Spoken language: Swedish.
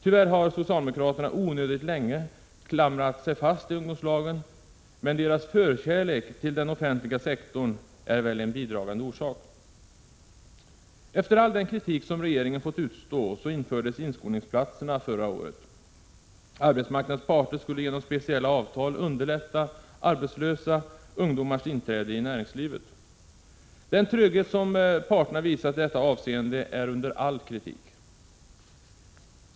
Tyvärr har socialdemokraterna onödigt länge klamrat sig fast i ungdomslagen, men deras förkärlek till den offentliga sektorn är väl en bidragande orsak. Efter all kritik som regeringen fått utstå infördes inskolningsplatserna förra året. Arbetsmarknadens parter skulle genom speciella avtal underlätta arbetslösa ungdomars inträde i näringslivet. Den tröghet som parterna visat i detta avseende är under all kritik.